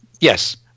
yes